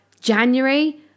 January